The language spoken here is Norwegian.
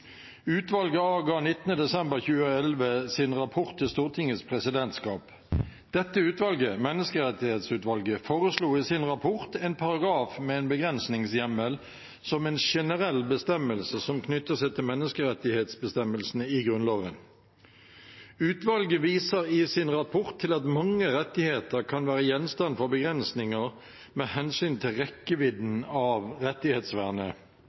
desember 2011 sin rapport til Stortingets presidentskap. Dette utvalget, Menneskerettighetsutvalget, foreslo i sin rapport en paragraf med en begrensningshjemmel som en generell bestemmelse som knytter seg til menneskerettighetsbestemmelsene i Grunnloven. Utvalget viser i sin rapport til at mange rettigheter kan være gjenstand for begrensninger med hensyn til rekkevidden av rettighetsvernet,